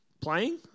Playing